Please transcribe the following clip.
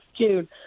June